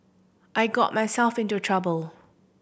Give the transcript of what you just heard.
I got myself into trouble